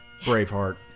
Braveheart